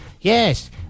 yes